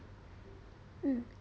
mm